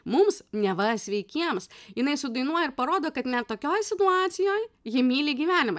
mums neva sveikiems jinai sudainuoja ir parodo kad net tokioj situacijoj ji myli gyvenimą